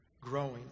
growing